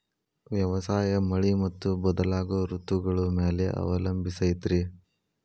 ವ್ಯವಸಾಯ ಮಳಿ ಮತ್ತು ಬದಲಾಗೋ ಋತುಗಳ ಮ್ಯಾಲೆ ಅವಲಂಬಿಸೈತ್ರಿ